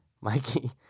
Mikey